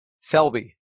Selby